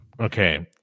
Okay